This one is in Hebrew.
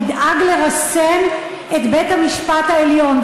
נדאג לרסן את בית-המשפט העליון,